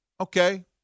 okay